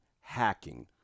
hacking